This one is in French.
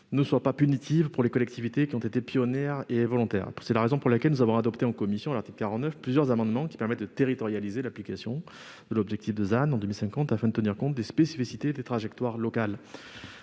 ne soit pas punitive pour les collectivités qui ont été pionnières et volontaires. C'est la raison pour laquelle elle a adopté, à l'article 49, plusieurs amendements tendant à territorialiser l'application de l'objectif de ZAN en 2050, afin de tenir compte des spécificités et des trajectoires locales.